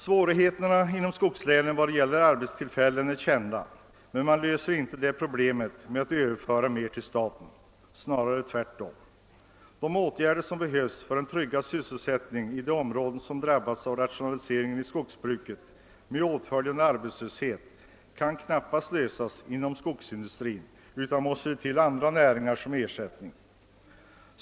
Svårigheterna inom skogslänen när det gäller arbetstillfällen är väl kända, men man löser inte problemet genom att överföra mera skog till staten. Snarare tvärtom. De åtgärder som behövs för en tryggad sysselsättning i områden som drabbats av rationaliseringen i skogsbruket vilken medfört stegrad arbetslöshet i skogen kan knappast åstadkommas inom skogsindustrin själv, utan för detta måste andra ersättningsindustrier till.